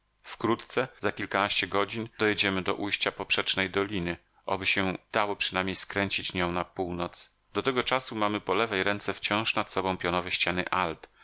wkrótce za kilkanaście godzin dojedziemy do ujścia poprzecznej doliny oby się dało przynajmniej skręcić nią na północ do tego czasu mamy po lewej ręce wciąż nad sobą pionowe ściany alp